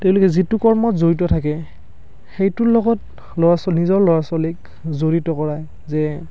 তেওঁলোকে যিটো কৰ্মত জড়িত থাকে সেইটোৰ লগত ল'ৰা ছোৱালী নিজৰ ল'ৰা ছোৱালীক জড়িত কৰায় যে